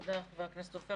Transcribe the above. תודה, חבר הכנסת סופר.